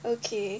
okay